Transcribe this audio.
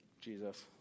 Jesus